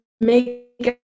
make